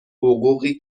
حقوقی